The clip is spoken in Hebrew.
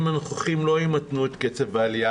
הנוכחיים לא ימתנו את קצב העלייה?